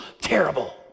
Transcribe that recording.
terrible